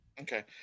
okay